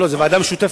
לא, זאת ועדה משותפת.